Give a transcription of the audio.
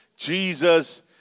Jesus